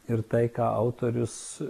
ir tai ką autorius